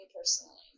personally